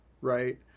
Right